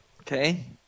Okay